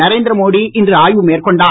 நரேந்திர மோடி இன்று ஆய்வு மேற்கொண்டார்